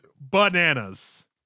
Bananas